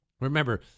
remember